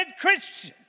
Christian